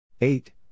eight